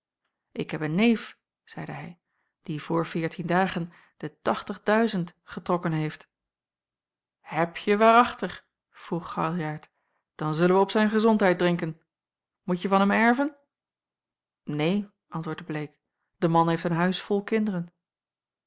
ik heb een neef zeide hij die voor veertien dagen de tachtig duizend getrokken heeft hebje waarachtig vroeg galjart dan zullen wij op zijn gezondheid drinken moet je van hem erven neen antwoordde bleek de man heeft een huis vol kinderen